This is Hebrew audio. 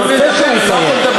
אני רוצה שהוא יסיים.